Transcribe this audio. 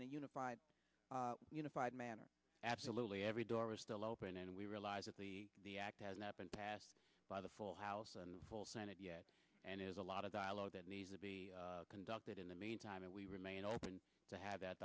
a unified unified manner absolutely every door is still open and we realize that the act has not been passed by the full house and full senate yet and is a lot of dialogue that needs to be conducted in the meantime and we remain open to have that